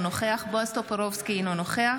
אינו נוכח